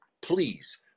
please